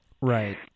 Right